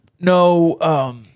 No